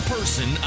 Person